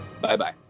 Bye-bye